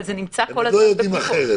אתם לא יודעים אחרת.